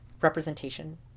representation